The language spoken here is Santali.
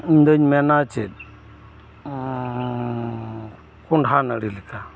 ᱤᱧᱫᱚᱧ ᱢᱮᱱᱟ ᱪᱮᱫ ᱠᱚᱸᱰᱦᱟ ᱱᱟᱹᱲᱤ ᱞᱮᱠᱟ